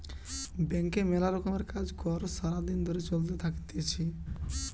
ব্যাংকে মেলা রকমের কাজ কর্ সারা দিন ধরে চলতে থাকতিছে